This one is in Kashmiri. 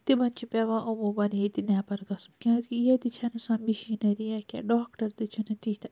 تِمَن چھ پیٚوان عمومَن ییٚتہِ نٮ۪بَر گَژھُن کِیازِ کہِ ییٚتہِ چھِنہٕ سۄ میٚشینٔری یا کیٚنٛہہ ڈاکٹَر تہِ چھِنہٕ تِتھ